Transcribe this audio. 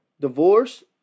divorce